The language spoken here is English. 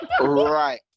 Right